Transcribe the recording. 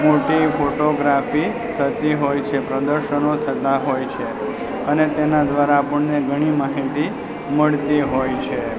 મોટી ફોટોગ્રાફી થતી હોય છે પ્રદર્શનો થતાં હોય છે અને એના દ્વારા આપણને ઘણી માહિતી મળતી હોય છે